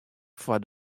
foar